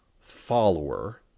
follower